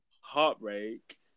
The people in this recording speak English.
Heartbreak